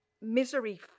misery